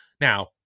Now